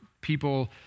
people